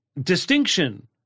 distinction